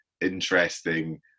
interesting